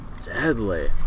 Deadly